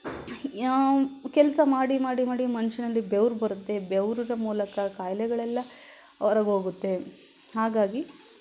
ಕೆಲಸ ಮಾಡಿ ಮಾಡಿ ಮಾಡಿ ಮನುಷ್ಯನಲ್ಲಿ ಬೆವರು ಬರುತ್ತೆ ಬೆವರಿದ ಮೂಲಕ ಕಾಯಿಲೆಗಳೆಲ್ಲ ಹೊರಗೋಗುತ್ತೆ ಹಾಗಾಗಿ